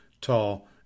Tall